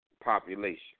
population